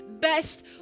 best